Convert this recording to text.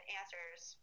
answers